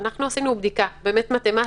אנחנו עשינו בדיקה מתמטית.